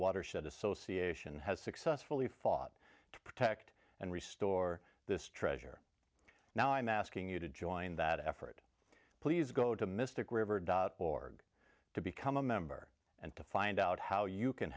watershed association has successfully fought to protect and restore this treasure now i'm asking you to join that effort please go to mystic river dot org to become a member and to find out how you can